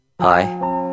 Hi